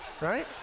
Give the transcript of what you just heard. right